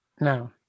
No